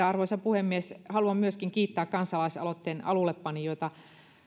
arvoisa puhemies haluan myöskin kiittää kansalaisaloitteen alullepanijoita